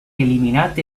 eliminat